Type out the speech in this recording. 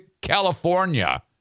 California